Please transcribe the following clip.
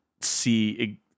see